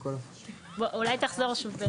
אולי תחזור שוב?